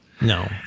No